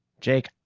jake,